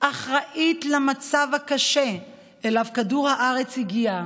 אחראית למצב הקשה שאליו כדור הארץ הגיע,